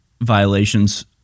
violations